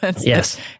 Yes